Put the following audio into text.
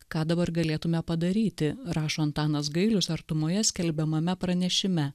ką dabar galėtume padaryti rašo antanas gailius artumoje skelbiamame pranešime